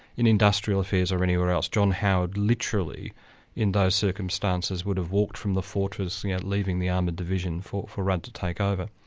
in industrial affairs or anywhere else, john howard literally in those circumstances circumstances would have walked from the fortress leaving the armoured divison for for rudd to take over.